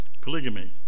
Polygamy